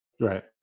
Right